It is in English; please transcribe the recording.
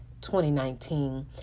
2019